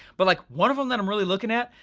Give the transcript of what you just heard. but like one of them that i'm really looking at,